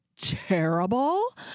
terrible